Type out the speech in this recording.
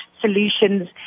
solutions